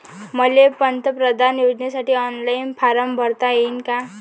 मले पंतप्रधान योजनेसाठी ऑनलाईन फारम भरता येईन का?